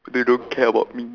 they don't care about me